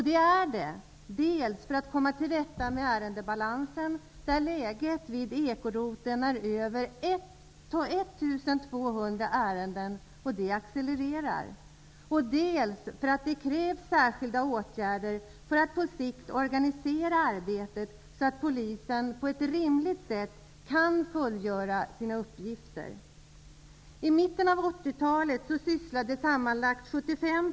Det är nödvändigt dels för att komma till rätta med ärendebalansen, som vid ekoroteln uppgår till över 1 200 ärenden -- och det antalet accelererar -- dels därför att det krävs särskilda åtgärder för att på sikt organisera arbetet så att polisen på ett rimligt sätt kan fullgöra sina uppgifter.